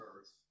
earth